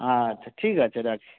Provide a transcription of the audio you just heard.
আচ্ছা ঠিক আছে রাখছি